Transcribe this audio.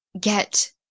get